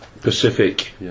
Pacific